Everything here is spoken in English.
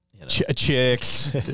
Chicks